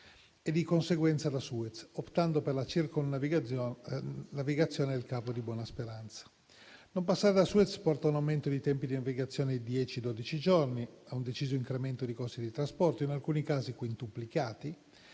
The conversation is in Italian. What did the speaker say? e di conseguenza da Suez, optando per la circumnavigazione del Capo di Buona Speranza. Non passare da Suez porta a un aumento dei tempi di navigazione di dieci, dodici giorni, a un deciso incremento di costi di trasporto - in alcuni casi quintuplicati